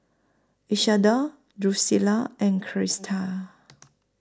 Isadore Drucilla and Crista